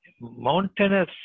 mountainous